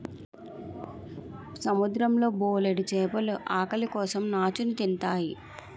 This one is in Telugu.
సముద్రం లో బోలెడు చేపలు ఆకలి కోసం నాచుని తింతాయి